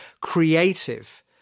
creative